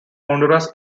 honduras